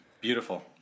beautiful